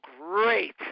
great